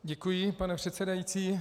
Děkuji, pane předsedající.